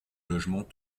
logement